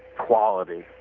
quality.